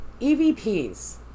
EVPs